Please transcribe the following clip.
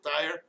tire